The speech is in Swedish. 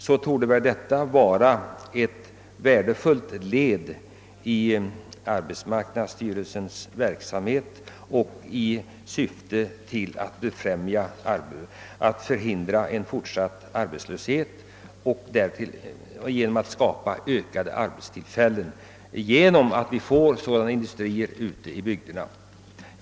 Detta torde vara ett värdefullt led i arbetsmarknadsstyrelsens arbete i syfte att förhindra en fortsatt arbetslöshet, eftersom det därigenom skapas ökade arbetstillfällen ute i bygderna.